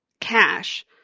cash